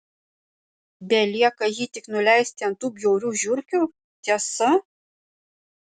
belieka jį tik nuleisti ant tų bjaurių žiurkių tiesa